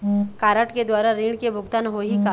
Card के द्वारा ऋण के भुगतान होही का?